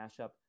mashup